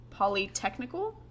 Polytechnical